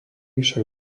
však